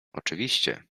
oczywiście